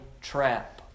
trap